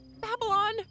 Babylon